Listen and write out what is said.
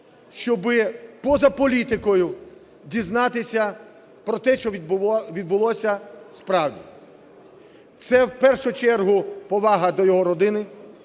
щоб поза політикою дізнатися про те, що відбулося справді. Це в першу чергу повага до його родини,